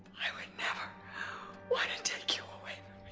i would never want to take you away